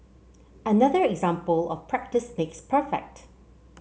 another example of practice makes perfect